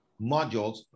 modules